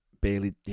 barely